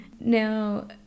now